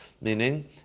Meaning